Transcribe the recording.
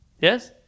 Yes